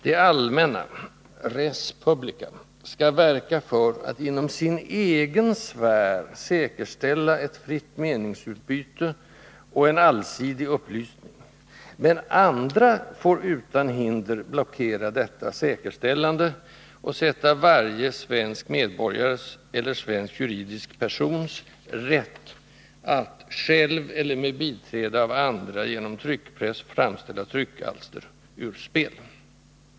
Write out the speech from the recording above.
Det allmänna — res publica — skall verka för att inom sin egen sfär säkerställa ett fritt meningsutbyte och en allsidig upplysning, men andra får utan hinder blockera detta säkerställande och sätta ”varje svensk medborgares eller svensk juridisk persons” rätt att ”själv eller med biträde av andra genom tryckpress framställa tryckalster” ur spel.